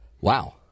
wow